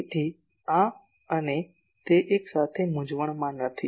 તેથી આ અને તે એક સાથે મૂંઝવણમાં નથી